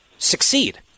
succeed